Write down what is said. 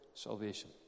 Salvation